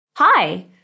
Hi